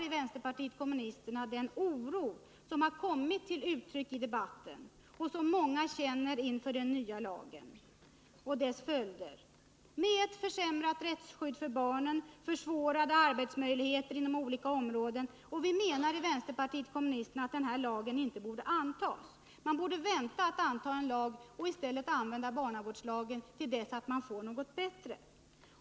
I vänsterpartiet kommunisterna delar vi den oro som har kommit till uttryck i debatten och som många känner inför den nya lagen och dess följder — med ett försämrat rättsskydd för barnen, med försämrade arbetsmöjligheter inom olika områden osv. Därför menar vi att man borde vänta med att anta en ny lag och i stället använda barnavårdslagen till dess att man får något bättre.